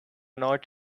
not